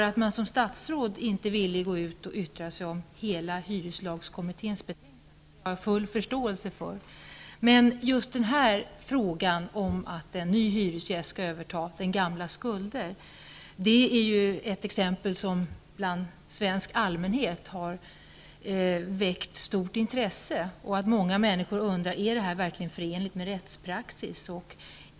Att man som statsråd inte är villig att gå ut och yttra sig om hyreslagskommitténs hela betänkande har jag full förståelse för, men just frågan huruvida en ny hyresgäst skall överta den gamlas skulder är ju någonting som väckt stort intresse hos allmänheten. Många människor undrar: Är detta verkligen förenligt med rättspraxis?